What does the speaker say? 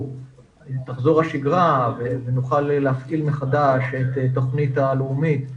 השגרה ונוכל להפעיל מחדש את התוכנית הלאומית לבטיחות,